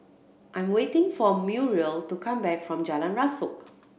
I'm waiting for Muriel to come back from Jalan Rasok